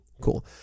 Cool